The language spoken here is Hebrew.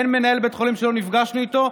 אין מנהל בית חולים שלא נפגשנו איתו,